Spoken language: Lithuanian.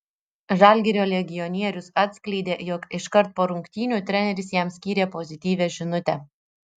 žalgirio legionierius atskleidė jog iškart po rungtynių treneris jam skyrė pozityvią žinutę